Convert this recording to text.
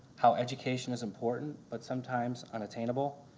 how education is important but sometimes unattainable,